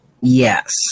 Yes